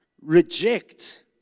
reject